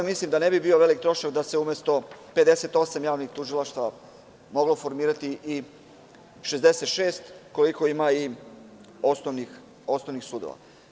Mislim da ne bi bio veliki trošak da se umesto 58 javnih tužilaštava moglo formirati 66, koliko ima i osnovnih sudova.